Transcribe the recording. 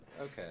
Okay